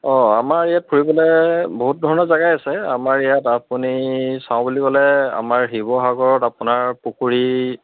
অঁ আমাৰ ইয়াত ফুৰিবলৈ বহুত ধৰণৰ জেগাই আছে আমাৰ ইয়াত আপুনি চাওঁ বুলি ক'লে আমাৰ শিৱসাগৰত আপোনাৰ পুখুৰী